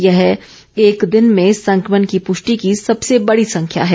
यह एक दिन में संक्रमण की पुष्टि की सबसे बडी संख्या है